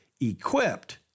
equipped